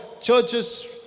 churches